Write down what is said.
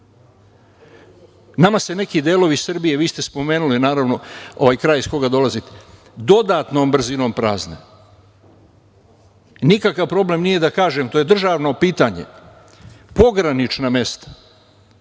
tuda. Nama se neki delovi Srbije, a vi ste spomenuli, naravno kraj iz koga dolazite, dodatnom brzinom prazne. Nikakav problem nije da kažem, to je državno pitanje, pogranična mesta